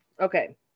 Okay